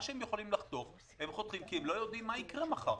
מה שהם יכולים לחתוך הם חותכים כי הם לא יודעים מה יקרה מחר,